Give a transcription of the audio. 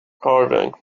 carving